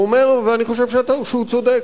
הוא אומר, ואני חושב שהוא צודק,